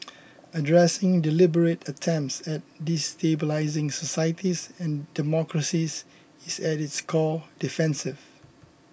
addressing deliberate attempts at destabilising societies and democracies is at its core defensive